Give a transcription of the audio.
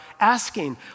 asking